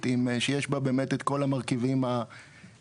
שיש בה באמת את כל המרכיבים הנחוצים.